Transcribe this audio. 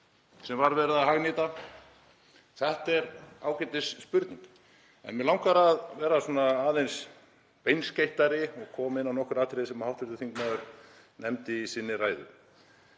sem var verið að hagnýta? Þetta er ágætisspurning. En mig langar að vera aðeins beinskeyttari og koma inn á nokkur atriði sem hv. þingmaður nefndi í sinni ræðu.